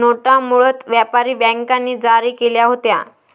नोटा मूळतः व्यापारी बँकांनी जारी केल्या होत्या